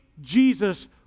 Jesus